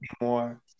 more